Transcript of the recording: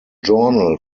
journal